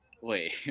Wait